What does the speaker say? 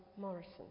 Morrison